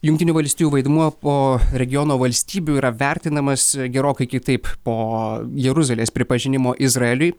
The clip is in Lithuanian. jungtinių valstijų vaidmuo po regiono valstybių yra vertinamas gerokai kitaip po jeruzalės pripažinimo izraeliui